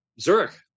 Zurich